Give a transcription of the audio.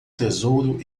tesouro